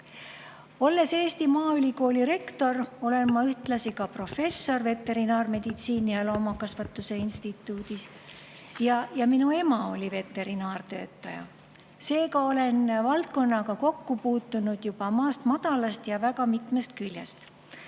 Olles Eesti Maaülikooli rektor, olen ma ühtlasi professor veterinaarmeditsiini ja loomakasvatuse instituudis. Minu ema oli samuti veterinaartöötaja, seega olen valdkonnaga kokku puutunud juba maast madalast ja väga mitmest küljest.